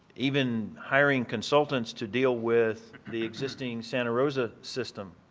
even hiring consultants to deal with the existing santa rosa system,